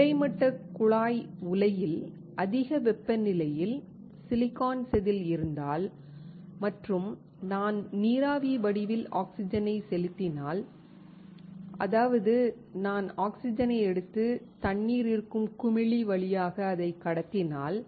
கிடைமட்ட குழாய் உலையில் அதிக வெப்பநிலையில் சிலிக்கான் செதில் இருந்தால் மற்றும் நான் நீராவி வடிவில் ஆக்ஸிஜனை செலுத்தினால் அதாவது நான் ஆக்ஸிஜனை எடுத்து தண்ணீர் இருக்கும் குமிழி வழியாக அதை கடத்தினால்